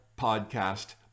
podcast